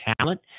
talent